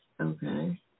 Okay